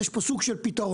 יש פה סוג של פתרון.